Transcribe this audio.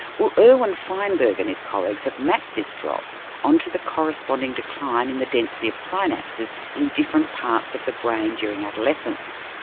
well irwin feinberg and his colleagues have mapped this drop on to the corresponding decline in the density of synapses in different parts of the brain during adolescence.